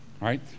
right